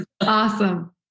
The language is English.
Awesome